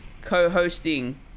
co-hosting